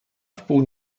wpół